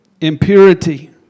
impurity